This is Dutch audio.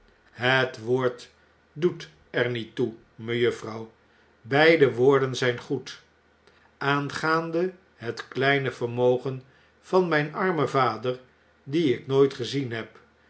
het woord doet er niet toe mejuffrouw beide woorden zijn goed aangaande het kleine vermogen van mgn armen vader dien ik nooit gezien heb